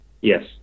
Yes